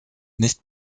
nicht